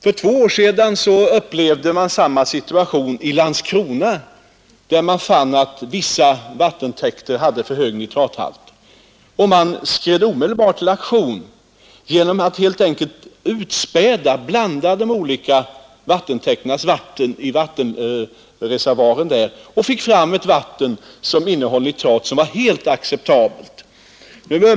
För två år sedan upplevde man samma situation i Landskrona, där man fann att vissa vattentäkter hade för hög nitrathalt. Man skred omedelbart till aktion genom att helt enkelt utspäda — blanda — de olika vattentäkternas vatten i vattenreservoaren där. På det sättet fick man fram ett vatten vars nitrathalt var helt acceptabel.